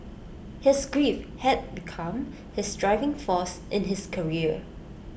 his grief had become his driving force in his career